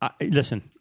listen